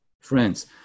Friends